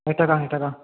ഇട്ടേക്കാം ഇട്ടേക്കാം